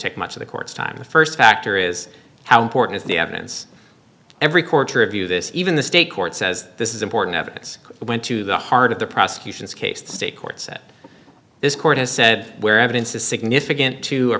take much of the court's time the st factor is how important is the evidence every quarter of you this even the state court says this is important evidence went to the heart of the prosecution's case the state court said this court has said where evidence is significant to